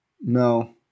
No